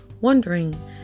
wondering